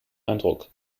eindruck